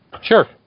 Sure